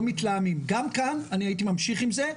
מתלהמים גם כאן אני הייתי ממשיך עם זה.